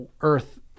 earth